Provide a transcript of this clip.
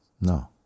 No